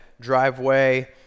driveway